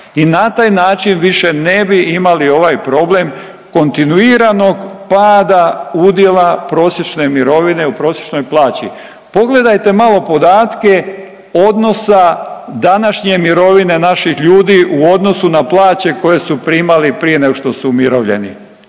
i na taj način više ne bi imali ovaj problem kontinuiranog pada udjela prosječne mirovine u prosječnoj plaći. Pogledajte malo podatke odnosa današnje mirovine naših ljudi u odnosu na plaće koje su primali prije nego što su umirovljeni.